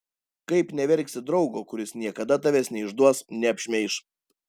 kaip neverksi draugo kuris niekada tavęs neišduos neapšmeiš